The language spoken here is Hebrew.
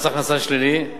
מס הכנסה שלילי.